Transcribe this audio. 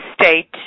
state